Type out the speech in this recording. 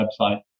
website